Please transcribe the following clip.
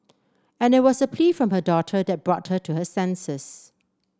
and it was a plea from her daughter that brought her to her senses